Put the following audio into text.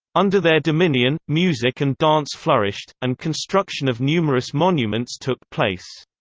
under their dominion, music and dance flourished, and construction of numerous monuments took place.